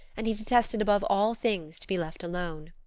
and he detested above all things to be left alone.